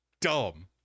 dumb